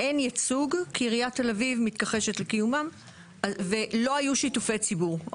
אין ייצוג כי עיריית תל אביב מתכחשת לקיומם ולא היו שיתופי ציבור.